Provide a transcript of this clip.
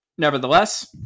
Nevertheless